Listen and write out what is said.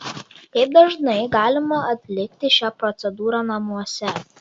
kaip dažnai galima atlikti šią procedūrą namuose